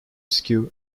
skew